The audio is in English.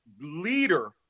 leader